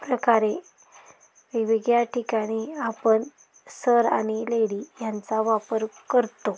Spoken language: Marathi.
प्रकारे वेगवेगळ्या ठिकाणी आपण सर आणि लेडी ह्यांचा वापर करतो